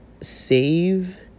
save